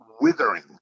withering